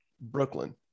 Brooklyn